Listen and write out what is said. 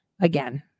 again